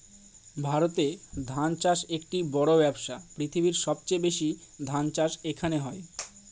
ভারতে ধান চাষ একটি বড়ো ব্যবসা, পৃথিবীর সবচেয়ে বেশি ধান চাষ এখানে হয়